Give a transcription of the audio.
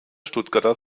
stuttgarter